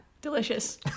Delicious